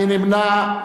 מי נמנע?